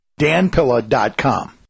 danpilla.com